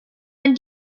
ein